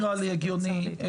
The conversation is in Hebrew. הגיוני.